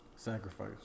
Sacrifice